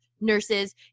nurses